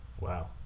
Wow